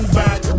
back